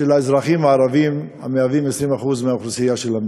האזרחים הערבים, שהם 20% מהאוכלוסייה של המדינה.